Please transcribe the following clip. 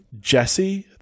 Jesse